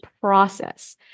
process